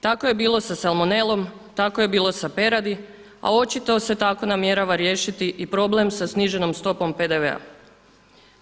Tako je bilo sa salmonelom, tako je bilo sa peradi a očito se tako namjerava riješiti i problem sa sniženom stopom PDV-a.